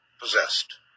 possessed